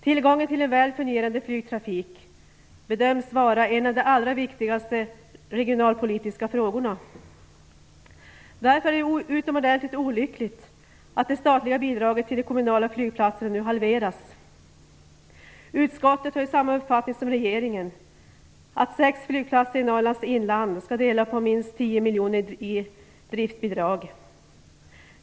Tillgången till en väl fungerande flygtrafik bedöms vara en av de allra viktigaste regionalpolitiska frågorna. Därför är det utomordentligt olyckligt att det statliga bidraget till de kommunala flygplatserna nu halveras. Utskottet har samma uppfattning som regeringen, att sex flygplatser i Norrlands inland skall dela på 10 miljoner i driftbidrag.